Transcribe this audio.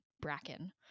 Bracken